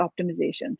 optimization